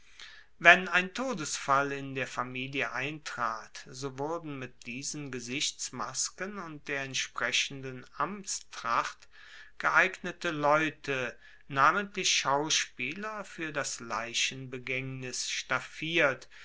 wenn ein todesfall in der familie eintrat so wurden mit diesen gesichtsmasken und der entsprechenden amtstracht geeignete leute namentlich schauspieler fuer das